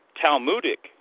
Talmudic